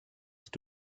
est